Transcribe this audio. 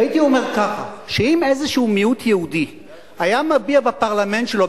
הייתי אומר כך: אם איזשהו מיעוט יהודי היה מביע בפרלמנט שלו,